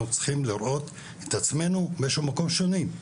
צריכים לראות את עצמנו באיזשהו מקום שונים.